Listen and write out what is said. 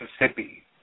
Mississippi